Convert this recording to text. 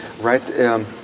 right